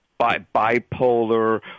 bipolar